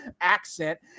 accent